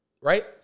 right